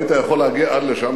היית יכול להגיע עד לשם,